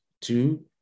two